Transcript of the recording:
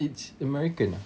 it's american